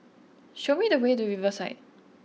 show me the way to Riverside